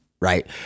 right